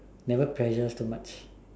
never pressure us too much